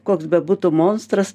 koks bebūtų monstras